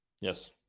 yes